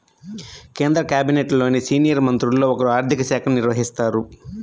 కేంద్ర క్యాబినెట్లోని సీనియర్ మంత్రుల్లో ఒకరు ఆర్ధిక శాఖను నిర్వహిస్తారు